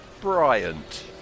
Bryant